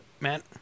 Matt